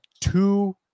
two